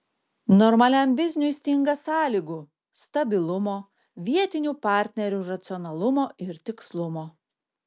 normaliam bizniui stinga sąlygų stabilumo vietinių partnerių racionalumo ir tikslumo